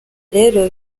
rero